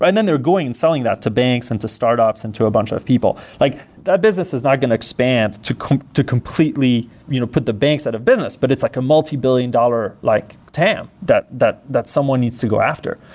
but then they're going and selling that to banks and to startups and to a bunch of people. like that business is not going to expand to to completely you know put the banks out of business, but it's like a multibillion-dollar. like, damn! that that someone needs to go after.